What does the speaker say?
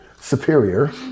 Superior